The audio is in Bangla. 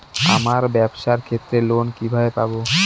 আমার ব্যবসার ক্ষেত্রে লোন কিভাবে পাব?